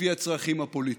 לפי הצרכים הפוליטיים.